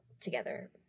together